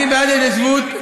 אני בעד ההתיישבות,